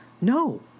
No